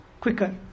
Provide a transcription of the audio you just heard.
quicker